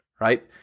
right